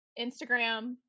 Instagram